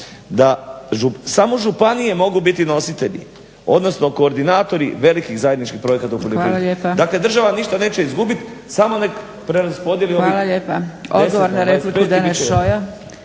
da samo županije mogu biti nositelji, odnosno koordinatori velikih zajedničkih projekata u poljoprivredi. Dakle, država ništa neće izgubiti samo nek preraspodjeli ovih 10 na 25 i bit će ok.